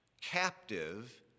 captive